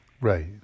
Right